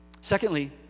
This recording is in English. Secondly